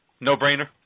No-brainer